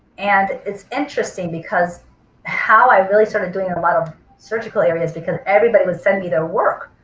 and it's interesting because how i really started doing a lot of surgical areas because everybody would send me their work.